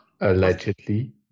Allegedly